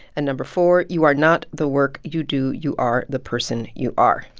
and number four, you are not the work you do. you are the person you are.